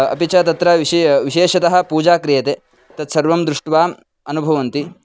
अपि च तत्र विषयः विशेषतः पूजा क्रियते तत् सर्वं दृष्ट्वा अनुभवन्ति